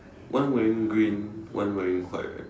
one wearing green one wearing white right